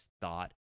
thought